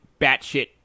batshit